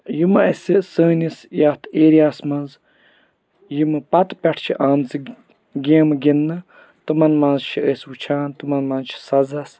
یِم اسہِ سٲنِس یَتھ ایریا ہَس منٛز یِم پَتہٕ پٮ۪ٹھ چھِ آمژٕ گیمہٕ گِنٛدنہٕ تِمَن منٛز چھِ أسۍ وُچھان تِمَن منٛز چھُ سَزَس